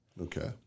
Okay